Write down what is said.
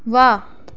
वाह्